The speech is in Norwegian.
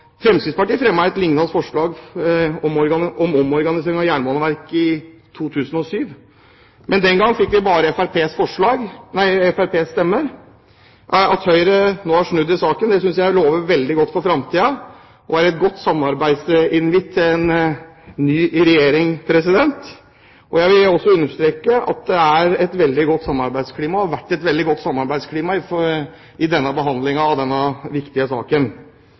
Fremskrittspartiet fremmet et liknende forslag om omorganisering av Jernbaneverket i 2007, men den gang fikk det bare Fremskrittspartiets stemmer. At Høyre nå har snudd i saken, synes jeg lover veldig godt for framtiden, og det er en god samarbeidsinvitt til en ny regjering. Jeg vil også understreke at det er og har vært et veldig godt samarbeidsklima i behandlingen av denne viktige saken.